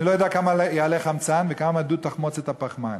אני לא יודע כמה יעלה חמצן וכמה דו-תחמוצת הפחמן,